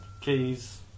keys